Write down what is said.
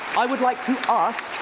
i would like to ask,